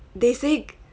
they say